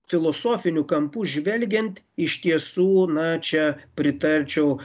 filosofiniu kampu žvelgiant iš tiesų na čia pritarčiau